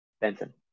Benson